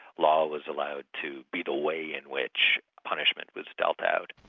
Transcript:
law was allowed to be the way in which punishment was dealt out.